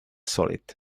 solid